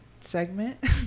segment